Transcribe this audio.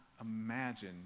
imagine